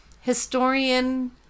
Historian